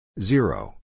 zero